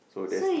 so that's